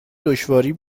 دشواری